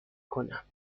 کنم